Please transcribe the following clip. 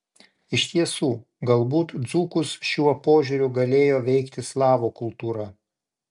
iš tiesų galbūt dzūkus šiuo požiūriu galėjo veikti slavų kultūra